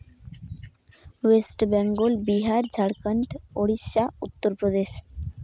west Bengal Bihar Jharkhand Odisha Uttar Pradesh